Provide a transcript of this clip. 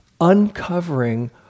uncovering